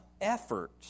effort